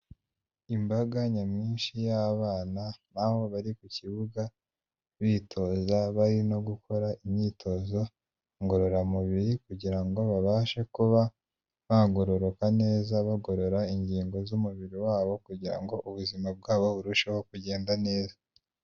Imbaga nyamwinshi y'abana, aho bari ku kibuga, bitoza, bari no gukora imyitozo ngororamubiri, kugira ngo babashe kuba bagororoka neza bagorora ingingo z'umubiri wabo, kugira ngo ubuzima bwabo burusheho kugenda neza.